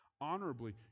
honorably